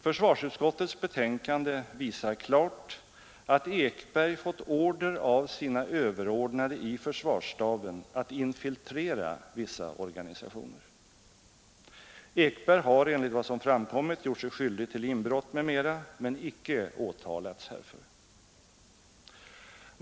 Försvarsutskottets betänkande visar klart att Ekberg fått order av sina överordnade i försvarsstaben att infiltrera vissa organisationer. Ekberg har enligt vad som framkommit gjort sig skyldig till inbrott m.m., men icke åtalats härför.